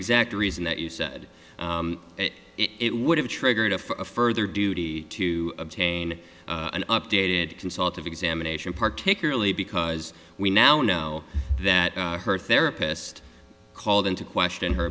exact reason that you said it it would have triggered a for further duty to obtain an updated consult of examination particularly because we now know that her therapist called into question her